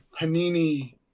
Panini